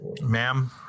Ma'am